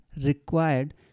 required